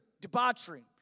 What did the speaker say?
debauchery